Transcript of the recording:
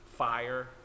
Fire